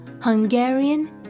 Hungarian